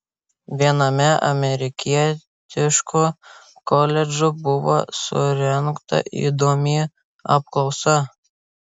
viename amerikietiškų koledžų buvo surengta įdomi apklausa